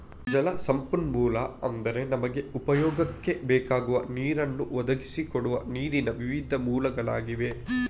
ಜಲ ಸಂಪನ್ಮೂಲ ಅಂದ್ರೆ ನಮಗೆ ಉಪಯೋಗಕ್ಕೆ ಬೇಕಾಗುವ ನೀರನ್ನ ಒದಗಿಸಿ ಕೊಡುವ ನೀರಿನ ವಿವಿಧ ಮೂಲಗಳಾಗಿವೆ